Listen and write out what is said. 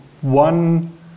one